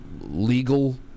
legal –